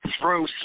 throw